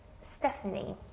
Stephanie